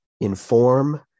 inform